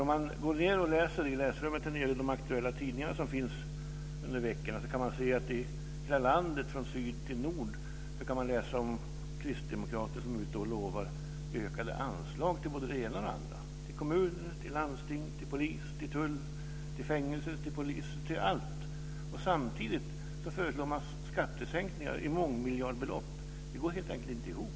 Om man går ned till riksdagens läsrum och läser de aktuella tidningar som finns under veckorna kan man i hela landet från syd till nord läsa om kristdemokrater som är ute och lovar ökade anslag till både det ena och det andra. Det gäller anslag till kommunerna, landstingen, polis, tull, fängelser och allt möjligt. Samtidigt föreslår de skattesänkningar i mångmiljardbelopp. Det går helt enkelt inte ihop.